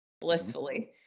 blissfully